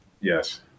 Yes